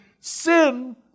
sin